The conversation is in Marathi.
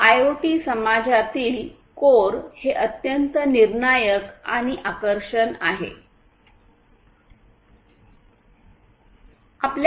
आयओटी समाजातील कोर हे अत्यंत निर्णायक आणि आकर्षण आहे